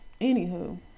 Anywho